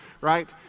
right